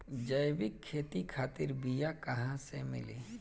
जैविक खेती खातिर बीया कहाँसे मिली?